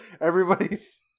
everybody's